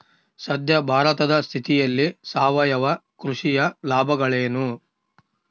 ಸದ್ಯ ಭಾರತದ ಸ್ಥಿತಿಯಲ್ಲಿ ಸಾವಯವ ಕೃಷಿಯ ಲಾಭಗಳೇನು?